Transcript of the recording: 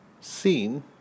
seen